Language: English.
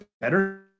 better